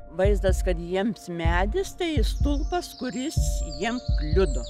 vaizdas kad jiems medis tai stulpas kuris jiem kliudo